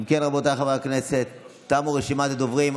אם כן, רבותיי חברי הכנסת, תמה רשימת הדוברים.